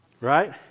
Right